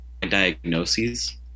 diagnoses